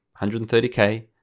130k